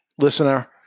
listener